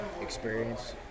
experience